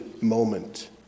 moment